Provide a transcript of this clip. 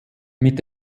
mit